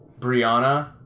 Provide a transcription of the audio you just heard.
Brianna